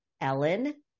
Ellen